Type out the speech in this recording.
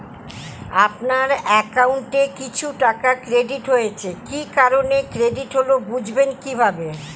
আপনার অ্যাকাউন্ট এ কিছু টাকা ক্রেডিট হয়েছে কি কারণে ক্রেডিট হল বুঝবেন কিভাবে?